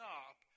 up